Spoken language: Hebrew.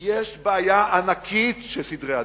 כי יש בעיה ענקית של סדרי עדיפויות.